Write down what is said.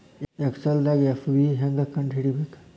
ಎಕ್ಸೆಲ್ದಾಗ್ ಎಫ್.ವಿ ಹೆಂಗ್ ಕಂಡ ಹಿಡಿಬೇಕ್